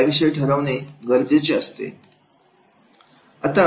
याविषयी ठरवणे गरजेचे असते